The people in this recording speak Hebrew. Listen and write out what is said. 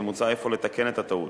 ומוצע אפוא לתקן את הטעות.